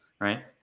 right